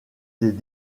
des